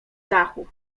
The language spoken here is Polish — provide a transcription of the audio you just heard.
dachu